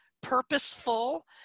purposeful